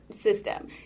system